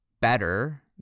better